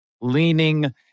leaning